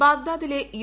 ബാഗ്ദാദിലെ U